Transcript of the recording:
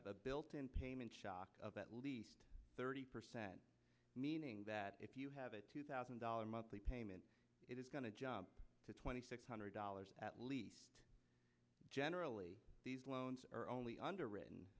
have a built in payment shock of at least thirty percent meaning that if you have a two thousand dollars monthly payment it is going to jump to twenty six hundred dollars at least generally these loans are only underwritten